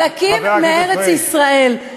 חלקים מארץ-ישראל.